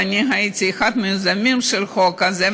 ואני הייתי מהיוזמים של החוק הזה,